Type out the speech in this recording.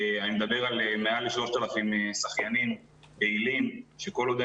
אני מדבר על מעל 3,000 שחיינים פעילים שכל עוד